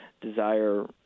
desire